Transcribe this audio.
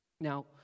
Now